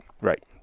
Right